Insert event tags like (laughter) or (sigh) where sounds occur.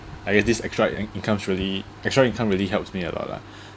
I guess this extra in~ incomes really extra income really helps me a lot lah (breath)